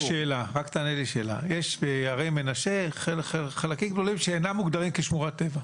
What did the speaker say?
יש בהרי מנשה חלקים גדולים שאינם מוגדרים כשמורת טבע,